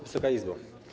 Wysoka Izbo!